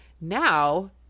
now